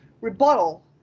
rebuttal